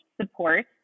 support